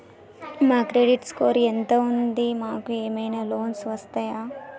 మా credit score ఎంత ఉంది? మాకు ఏమైనా లోన్స్ వస్తయా?